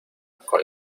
con